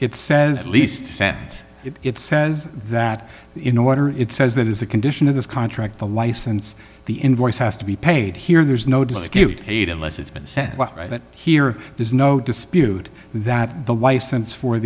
it says at least send it it says that in order it says that is a condition of this contract the license the invoice has to be paid here there's no dispute paid unless it's been sent here there's no dispute that the license for